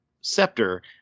scepter